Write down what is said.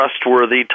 trustworthy